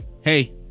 Hey